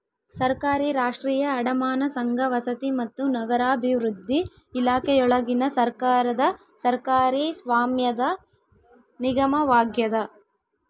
ಸರ್ಕಾರಿ ರಾಷ್ಟ್ರೀಯ ಅಡಮಾನ ಸಂಘ ವಸತಿ ಮತ್ತು ನಗರಾಭಿವೃದ್ಧಿ ಇಲಾಖೆಯೊಳಗಿನ ಸರ್ಕಾರದ ಸರ್ಕಾರಿ ಸ್ವಾಮ್ಯದ ನಿಗಮವಾಗ್ಯದ